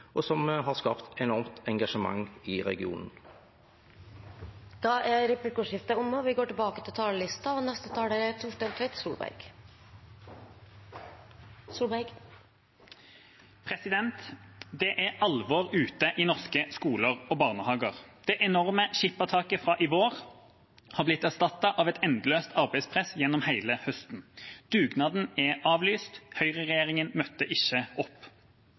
og som har skapt enormt engasjement i regionen. Replikkordskiftet er omme. Det er alvor ute i norske skoler og barnehager. Det enorme skippertaket fra i vår har blitt erstattet av et endeløst arbeidspress gjennom hele høsten. Dugnaden er avlyst. Høyreregjeringa møtte ikke opp.